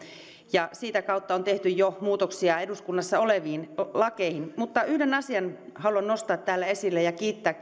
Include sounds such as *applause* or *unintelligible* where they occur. ja sitä kautta on tehty jo muutoksia eduskunnassa oleviin lakeihin mutta yhden asian haluan nostaa täällä esille ja kiittää *unintelligible*